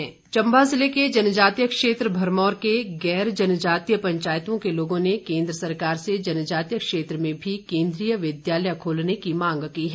ज्ञापन चम्बा ज़िले के जनजातीय क्षेत्र भरमौर के गैर जनजातीय पंचायतों के लोगों ने केन्द्र सरकार से जनजातीय क्षेत्र में भी केन्द्रीय विद्यालय खोलने की मांग की है